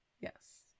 Yes